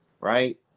right